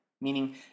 meaning